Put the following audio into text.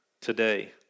today